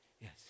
Yes